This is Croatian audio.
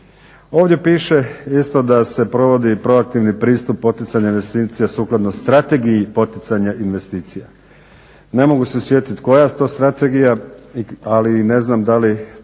Ovdje piše isto da se provodi i proaktivni pristup poticanja investicija sukladno strategiji poticanja investicija. Ne mogu se sjetiti koja je to strategija, ali i ne znam da li to